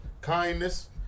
kindness